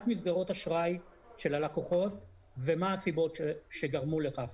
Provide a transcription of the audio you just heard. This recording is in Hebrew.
מסגרות אשראי של הלקוחות ומה הסיבות שגרמו לכך.